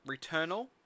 Returnal